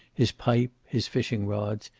his pipe, his fishing rods,